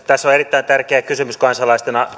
tässä on erittäin tärkeä kysymys kansalaisten